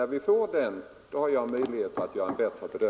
När vi får Torsdagen den den har jag också möjlighet att göra en bättre bedömning.